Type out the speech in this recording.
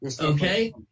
Okay